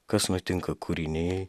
kas nutinka kūrinijai